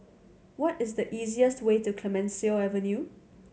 what is the easiest way to Clemenceau Avenue